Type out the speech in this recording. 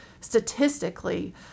statistically